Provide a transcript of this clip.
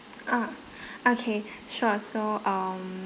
ah okay sure so um